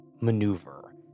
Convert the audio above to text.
maneuver